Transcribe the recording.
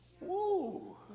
woo